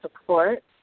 support